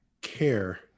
care